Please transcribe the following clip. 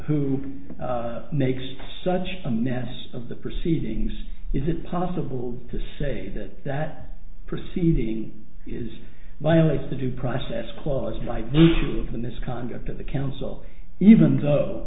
who makes such a mess of the proceedings is it possible to say that that proceeding is violates the due process clause of the misconduct of the council even though